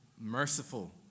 merciful